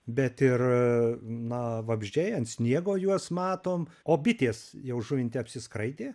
bet ir na vabzdžiai ant sniego juos matom o bitės jau žuvinte apsiskraidė